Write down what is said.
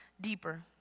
deeper